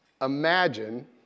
Imagine